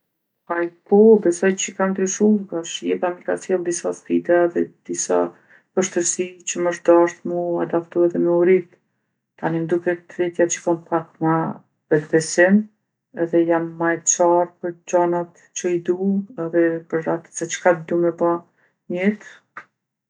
Paj po, besoj që ka ndryshu, tash jeta mi ka sjellë disa sfida dhe disa vështërsi që m'është dashtë mu adaptu edhe me u rritë. Tani m'duket vetja që kom pak ma vetbesim edhe jam ma e qartë për gjanat që i du edhe për atë se çka du me ba n'jetë.